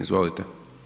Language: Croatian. Izvolite.